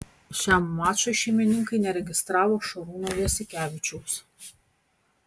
šiam mačui šeimininkai neregistravo šarūno jasikevičiaus